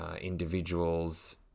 individual's